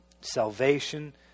salvation